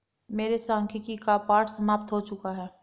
मेरे सांख्यिकी का पाठ समाप्त हो चुका है